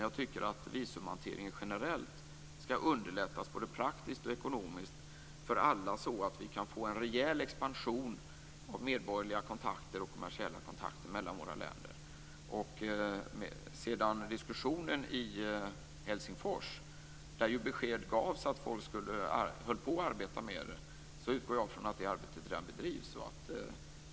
Jag tycker att visumhanteringen generellt både praktiskt och ekonomiskt skall underlättas för alla, så att vi kan få en rejäl expansion av medborgerliga och kommersiella kontakter mellan våra länder. Sedan diskussionen i Helsingfors, där ju besked gavs om att folk håller på att arbeta med detta, utgår jag från att arbetet redan bedrivs.